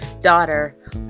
daughter